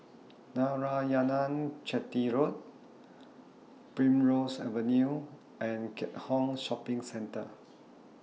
Narayanan Chetty Road Primrose Avenue and Keat Hong Shopping Centre